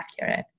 accurate